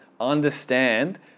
Understand